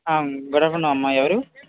good afternoon అమ్మ ఎవరు